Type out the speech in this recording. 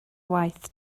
waith